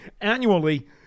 annually